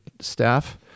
staff